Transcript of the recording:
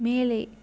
மேலே